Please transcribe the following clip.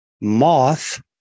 Moth